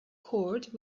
cord